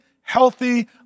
healthy